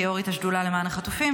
כיו"רית השדולה למען החטופים,